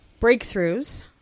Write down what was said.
breakthroughs